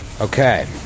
Okay